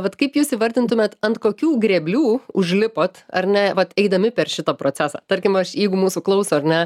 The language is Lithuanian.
vat kaip jūs įvardintumėt ant kokių grėblių užlipot ar ne vat eidami per šitą procesą tarkim aš jeigu mūsų klauso ar ne